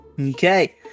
Okay